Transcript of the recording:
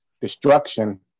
destruction